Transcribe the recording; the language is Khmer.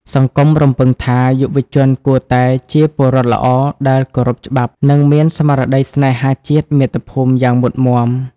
សង្គមរំពឹងថា យុវជនគួរតែ "ជាពលរដ្ឋល្អដែលគោរពច្បាប់" និងមានស្មារតីស្នេហាជាតិមាតុភូមិយ៉ាងមុតមាំ។